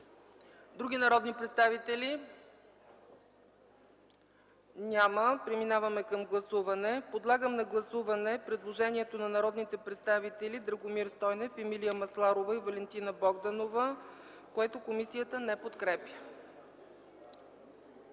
Други народни представители? Няма. Подлагам на гласуване предложението на народните представители Драгомир Стойнев, Емилия Масларова и Валентина Богданова, което комисията не подкрепя.